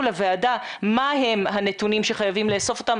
לוועדה מה הם הנתונים שחייבים לאסוף אותם.